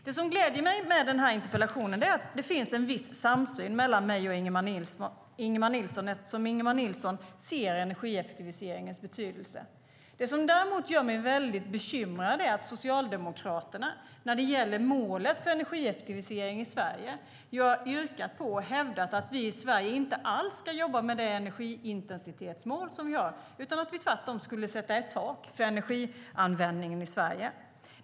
Det som gläder mig med interpellationen är att det finns en viss samsyn mellan mig och Ingemar Nilsson eftersom Ingemar Nilsson ser energieffektiviseringens betydelse. Det gör mig däremot bekymrad att Socialdemokraterna när det gäller målet för energieffektivisering i Sverige har yrkat på och hävdat att vi i Sverige inte alls ska jobba med det energiintensitetsmål som vi har utan att vi tvärtom ska sätta ett tak för energianvändningen i Sverige.